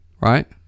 right